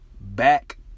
back